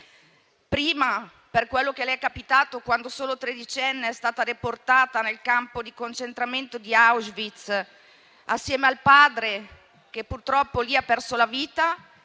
prima per quello che le è capitato quando, solo tredicenne, è stata deportata nel campo di concentramento di Auschwitz assieme al padre, che purtroppo lì ha perso la vita;